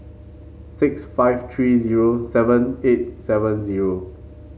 six five three zero seven eight seven zero